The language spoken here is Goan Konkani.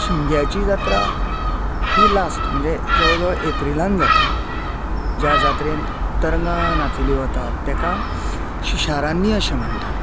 शिमग्याची जात्रा ही लास्ट म्हणजे जवळ जवळ एप्रिलान जाता ज्या जात्रेन तरंगा नाचयली वता तेका शिशारान्नी अशे म्हणटात